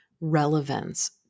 relevance